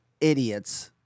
idiots